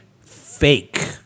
fake